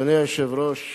אדוני היושב-ראש,